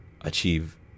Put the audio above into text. achieve